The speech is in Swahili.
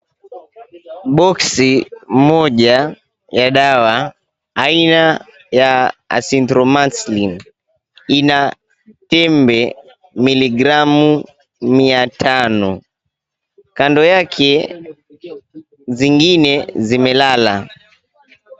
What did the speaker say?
Boksi moja yaa dawa aina ya Azithromycin ina tembe miligramu mia tano. Kando yake zingine zimelala.